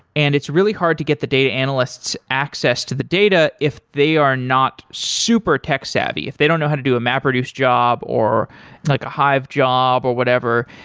and it's really hard to get the data analysts access to the data if they are not super tech savvy, if they don't know how to do a mapreduce job or like a hive job or whatever.